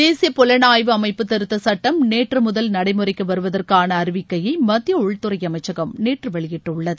தேசிய புலனாய்வு அமைப்பு திருத்த சுட்டம் நேற்று முதல் நடைமுறைக்கு வருவதற்கான அறிவிக்கையை மத்திய உள்துறை அமைச்சகம் நேற்று வெளியிட்டுள்ளது